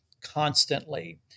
constantly